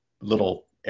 little